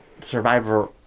Survivor